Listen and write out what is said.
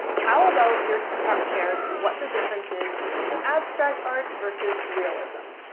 how about your tiktok shares what the difference is between abstract art versus realism.